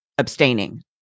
abstaining